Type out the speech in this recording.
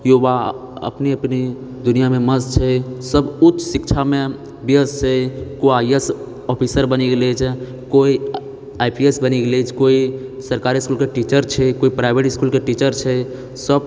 केओ वा अपने अपने दुनियामे मस्त छै सभ उच्च शिक्षामे व्यस्त छै कोइ आइ ए एस ऑफिसर बनि गेलो छै कोइ आइ पी एस बनि गेलो छै कोइ सरकारी इसकुलके टीचर छै कोइ प्राइवेट इसकुलके टीचर छै सभ